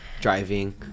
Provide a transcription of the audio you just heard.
Driving